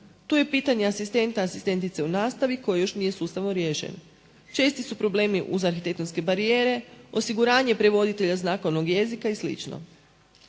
Tu je pitanje asistenta i asistentice u nastavi koji još nije sustavno riješen. Česti su problemi uz arhitektonske barijere, osiguranje prevoditelja znakovnog jezika i